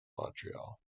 montreal